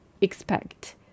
expect